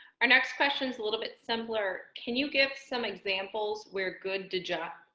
our next question is a little bit simpler. can you give some examples were good to job.